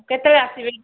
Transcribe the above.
କେତେବେଳେ ଆସିବେ କି